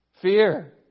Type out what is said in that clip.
Fear